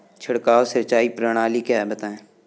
छिड़काव सिंचाई प्रणाली क्या है बताएँ?